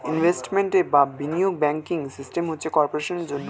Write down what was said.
investment বা বিনিয়োগ banking system হচ্ছে কর্পোরেশনের জন্যে